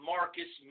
Marcus